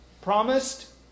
Promised